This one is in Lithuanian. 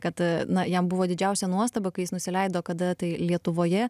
kad na jam buvo didžiausia nuostaba kai jis nusileido kada tai lietuvoje